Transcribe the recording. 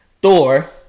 Thor